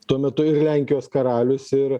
tuo metu ir lenkijos karalius ir